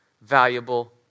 valuable